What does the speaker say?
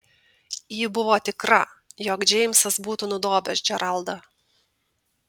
ji buvo tikra jog džeimsas būtų nudobęs džeraldą